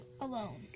alone